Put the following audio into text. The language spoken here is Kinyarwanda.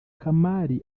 kamari